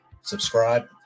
Subscribe